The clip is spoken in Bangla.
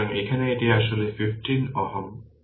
সুতরাং এখানে এটি আসলে 15 Ω এবং এটি 1 2